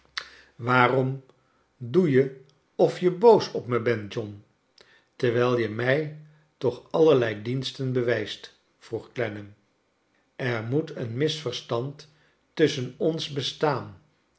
waarom doe je of je boos op me bent john terwijl je mij toch allerlei diensten bewijst vroeg clennam er moet een misverstand tusschen ons bestaan